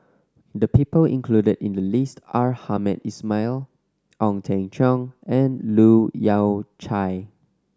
the people included in the list are Hamed Ismail Ong Teng Cheong and Leu Yew Chye